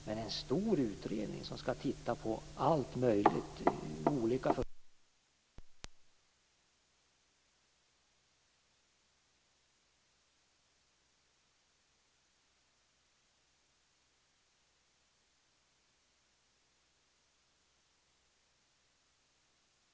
Men en stor utredning som ska titta på allt möjligt, olika förhållanden, bara försinkar en sådan process.